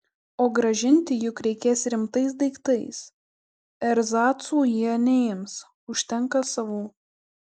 o grąžinti juk reikės rimtais daiktais erzacų jie neims užtenka savų